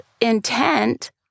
intent